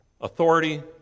Authority